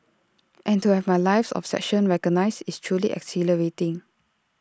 and to have my life's obsession recognised is truly exhilarating